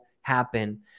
happen